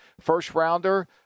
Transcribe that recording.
first-rounder